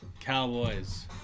Cowboys